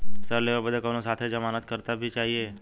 ऋण लेवे बदे कउनो साथे जमानत करता भी चहिए?